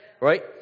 Right